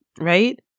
right